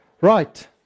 Right